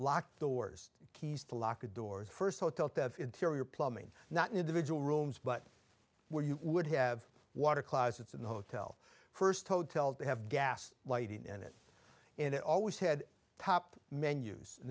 locked doors keys to lock the doors first hotel to interior plumbing not an individual rooms but where you would have water closets in the hotel first hotel to have gas lighting and it and it always had top menus and